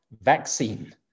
vaccine